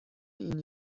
این